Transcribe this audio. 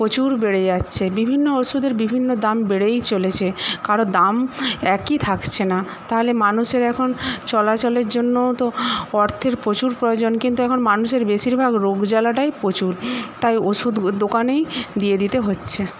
প্রচুর বেড়ে যাচ্ছে বিভিন্ন ওষুধের বিভিন্ন দাম বেড়েই চলেছে কারো দাম একই থাকছে না তাহলে মানুষের এখন চলাচলের জন্যও তো অর্থের প্রচুর প্রয়োজন কিন্তু এখন মানুষের বেশিরভাগ রোগ জ্বালাটাই প্রচুর তাই ওষুধ দোকানেই দিয়ে দিতে হচ্ছে